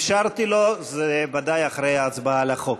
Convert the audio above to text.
אפשרתי לו, זה ודאי אחרי ההצבעה על החוק.